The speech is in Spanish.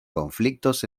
conflictos